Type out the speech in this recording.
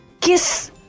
kiss